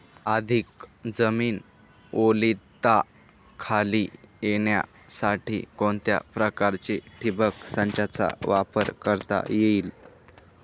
अधिक जमीन ओलिताखाली येण्यासाठी कोणत्या प्रकारच्या ठिबक संचाचा वापर करता येईल?